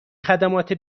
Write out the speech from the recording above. خدمات